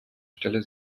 stelle